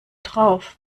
drauf